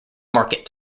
market